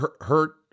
hurt